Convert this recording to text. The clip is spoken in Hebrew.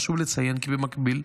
חשוב לציין כי במקביל,